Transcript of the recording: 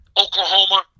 oklahoma